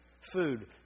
food